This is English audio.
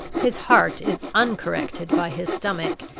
his heart is uncorrected by his stomach,